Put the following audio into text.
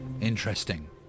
Interesting